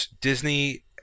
Disney